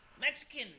Mexican